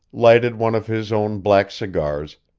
lighted one of his own black cigars,